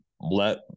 let